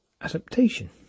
adaptation